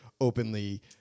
openly